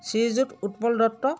Srijut Utpal Dutta